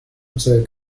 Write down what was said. they